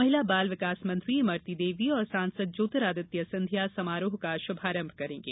महिला बाल विकास मंत्री इमरती देवी और सांसद ज्योतिरादित्य सिंधिया समारोह का शुभारंभ करेंगे